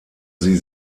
sie